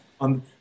on